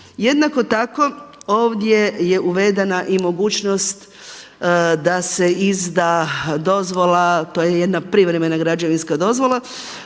Jednako tako ovdje je uvedena i mogućnost da se izda dozvola to je jedna privremena građevinska dozvola,